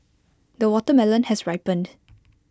the watermelon has ripened